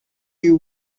you